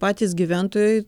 patys gyventojai